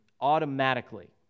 automatically